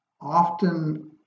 often